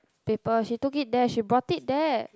paper she took it there she brought it there